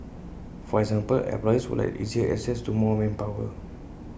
for example employers would like easier access to more manpower